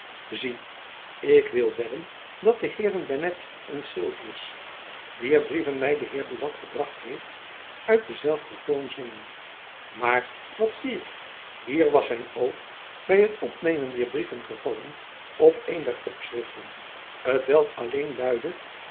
zie ik wil wedden dat de heeren bennet en sylvius wier brieven my de heer buat gebracht heeft uit denzelfden toon zingen maar wat zie ik hier was zijn oog by het opnemen dier brieven gevallen op een der opschriften t welk alleen luidde